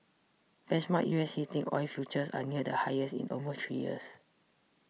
benchmark U S heating oil futures are near the highest in almost three years